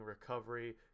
recovery